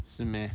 是 meh